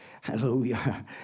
Hallelujah